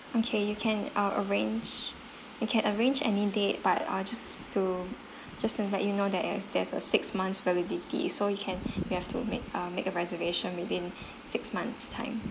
okay you can uh arrange you can arrange any date but uh just to just to let you know that there's a six months validity so you can you have to make a make a reservation within six months time